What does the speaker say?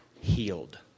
healed